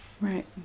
Right